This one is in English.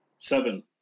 Seven